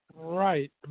Right